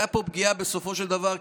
הייתה פה פגיעה בסופו של דבר,